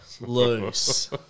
Loose